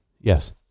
Yes